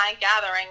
gathering